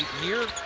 year